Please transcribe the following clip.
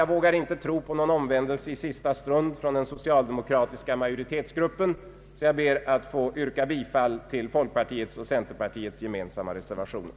Jag vågar inte tro på någon omvändelse i sista stund från den socialdemokratiska majoritetsgruppen. Jag ber att få yrka bifall till folkpartiets och centerpartiets gemensamma reservationer.